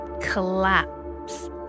collapse